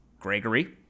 Gregory